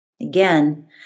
Again